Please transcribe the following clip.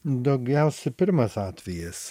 daugiausia pirmas atvejis